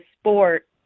sport